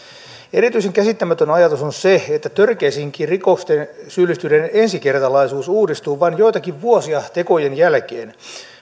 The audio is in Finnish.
erityisen käsittämätön ajatus on se että törkeisiinkin rikoksiin syyllistyneiden ensikertalaisuus uudistuu vain joitakin vuosia tekojen jälkeen